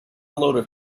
load